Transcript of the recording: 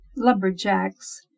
Lumberjacks